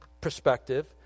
perspective